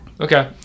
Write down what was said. Okay